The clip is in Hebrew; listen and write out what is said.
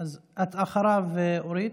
את אחריו, אורית.